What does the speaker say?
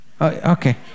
Okay